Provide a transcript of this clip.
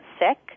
sick